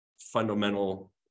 fundamental